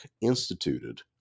instituted